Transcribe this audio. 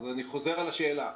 אני חוזר על השאלה,